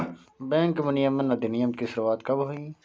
Bank विनियमन अधिनियम की शुरुआत कब हुई?